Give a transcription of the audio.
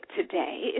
today